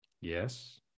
yes